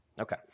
Okay